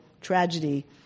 tragedy